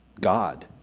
God